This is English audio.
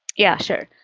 yeah, sure.